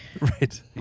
Right